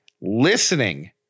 Listening